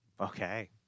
okay